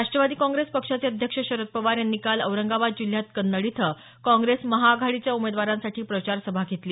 राष्ट्रवादी काँग्रेस पक्षाचे अध्यक्ष शरद पवार यांनी काल औरंगाबाद जिल्ह्यात कन्नड इथं काँग्रेस महाआघाडीच्या उमेदवारांसाठी प्रचार सभा घेतली